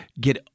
get